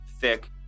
thick